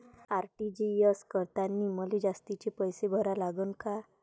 RTGS करतांनी मले जास्तीचे पैसे भरा लागन का?